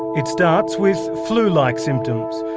it starts with flu-like symptoms,